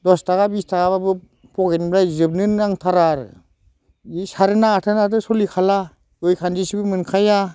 दस थाखा बिस थाखाब्लाबो पकेटनिफ्राय जोबनो नांथारा आरो बि सारेना आथोनायाथ' सोलिखाला गय खान्दिसेबो मोनखाया